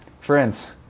friends